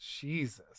Jesus